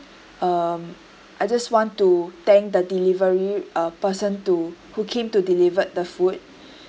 um I just want to thank the delivery uh person to who came to delivered the food